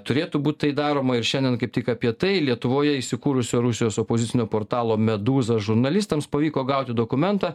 turėtų būt tai daroma ir šiandien kaip tik apie tai lietuvoje įsikūrusio rusijos opozicinio portalo medūzos žurnalistams pavyko gauti dokumentą